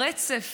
הרצף